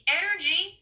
energy